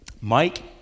Mike